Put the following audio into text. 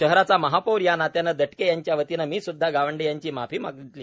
शहराचा महापौर या नात्याने दटके यांच्या वतीने मी सूदधा गावंडे यांची माफी मागितली